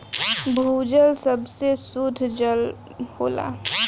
भूजल सबसे सुद्ध जल होला